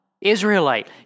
Israelite